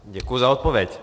Děkuji za odpověď.